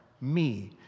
me